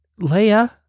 Leia